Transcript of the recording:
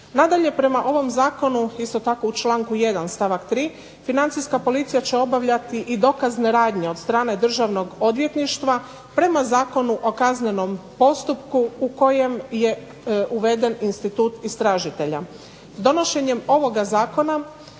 Nadalje, prema ovom zakonu isto tako u članku 1. stavak 3. Financijska policija će obavljati i dokazne radnje od strane Državnog odvjetništva prema Zakonu o kaznenom postupku u kojem je uveden institut istražitelja. Donošenjem ovoga zakona